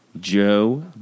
Joe